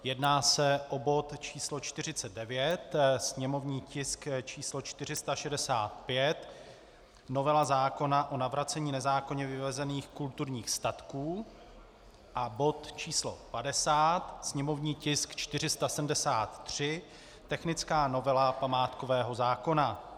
Jedná se o bod číslo 49, sněmovní tisk číslo 465, novela zákona o navracení nezákonně vyvezených kulturních statků, a bod číslo 50, sněmovní tisk 473, technická novela památkového zákona.